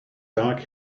dark